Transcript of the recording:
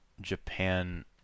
Japan